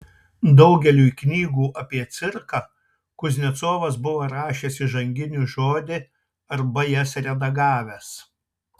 daugeliui knygų apie cirką kuznecovas buvo rašęs įžanginį žodį arba jas redagavęs